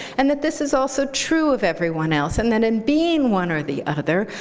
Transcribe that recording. and that this is also true of everyone else. and then in being one or the other,